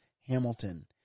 Hamilton